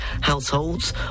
households